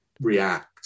react